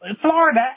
Florida